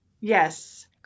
Yes